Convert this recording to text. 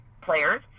players